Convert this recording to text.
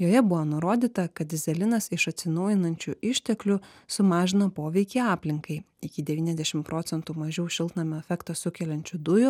joje buvo nurodyta kad dyzelinas iš atsinaujinančių išteklių sumažina poveikį aplinkai iki devyniasdešim procentų mažiau šiltnamio efektą sukeliančių dujų